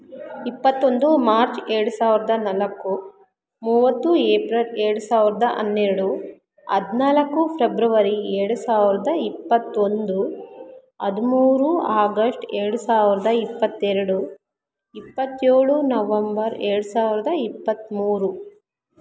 ಇಪ್ಪತ್ತೊಂದು ಮಾರ್ಚ್ ಎರಡು ಸಾವಿರದ ನಾಲ್ಕು ಮೂವತ್ತು ಏಪ್ರಿಲ್ ಎರಡು ಸಾವಿರದ ಹನ್ನೆರಡು ಹದಿನಾಲ್ಕು ಫೆಬ್ರವರಿ ಎರಡು ಸಾವಿರದ ಇಪ್ಪತ್ತೊಂದು ಹದಿಮೂರು ಆಗಸ್ಟ್ ಎರಡು ಸಾವಿರದ ಇಪ್ಪತ್ತೆರಡು ಇಪ್ಪತ್ತೇಳು ನವಂಬರ್ ಎರಡು ಸಾವಿರದ ಇಪ್ಪತ್ತ್ಮೂರು